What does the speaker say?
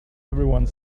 everyone